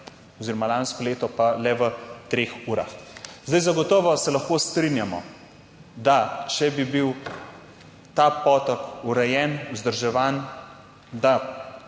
oziroma lansko leto pa le v 3 urah. Zdaj, zagotovo se lahko strinjamo, da če bi bil ta potok urejen, vzdrževan, da